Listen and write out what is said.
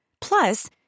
Plus